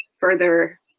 further